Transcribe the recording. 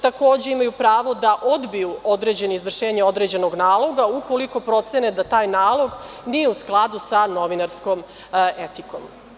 Takođe, imaju pravo da odbiju određena izvršenja određenog naloga, ukoliko procene da taj nalog nije u skladu sa novinarskom etikom.